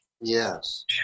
Yes